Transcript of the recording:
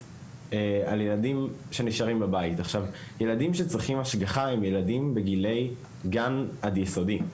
הילדים שצריכים השגחה הם ילדים בגילאי גן עד יסודי,